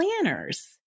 Planners